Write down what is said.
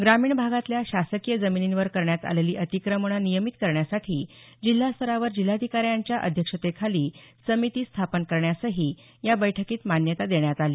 ग्रामीण भागातल्या शासकीय जमिनींवर करण्यात आलेली अतिक्रमणं नियमित करण्यासाठी जिल्हास्तरावर जिल्हाधिकाऱ्यांच्या अध्यक्षतेखाली समिती स्थापन करण्यासही या बैठकीत मान्यता देण्यात आली